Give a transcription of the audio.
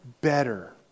better